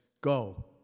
go